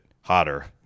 hotter